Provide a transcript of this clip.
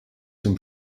zum